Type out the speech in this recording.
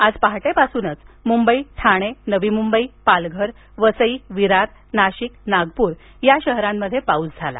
आज पहाटेपासूनच मुंबई ठाणे नवी मुंबई पालघर वसई विरार नाशिक नागपूर या शहरांमध्ये पाऊस झाला